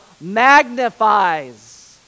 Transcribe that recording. magnifies